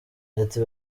ati